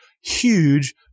huge